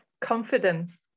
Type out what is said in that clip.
confidence